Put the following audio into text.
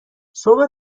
صبح